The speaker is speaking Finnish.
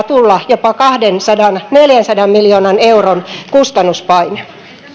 tulla jopa kahdensadan viiva neljänsadan miljoonan euron kustannuspaine